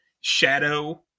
shadow